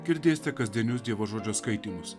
girdėsite kasdienius dievo žodžio skaitymus